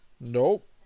Nope